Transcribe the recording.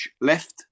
left